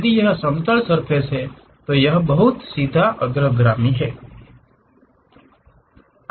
यदि यह समतल सर्फ़ेस है तो यह बहुत सीधा अग्रगामी है